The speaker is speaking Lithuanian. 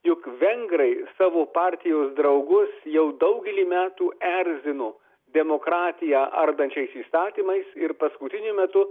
juk vengrai savo partijos draugus jau daugelį metų erzino demokratiją ardančiais įstatymais ir paskutiniu metu